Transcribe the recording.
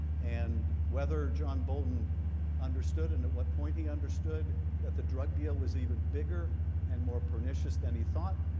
and whether john bolton understood and at what point he understood that the drug deal was even bigger and more pernicious than he thought,